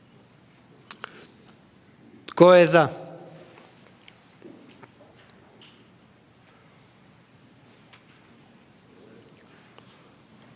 Tko je za?